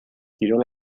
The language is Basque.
kirol